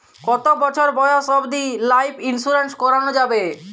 কতো বছর বয়স অব্দি লাইফ ইন্সুরেন্স করানো যাবে?